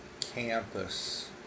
campus